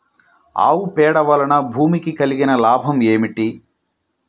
ఆవు పేడ వలన భూమికి కలిగిన లాభం ఏమిటి?